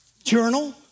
journal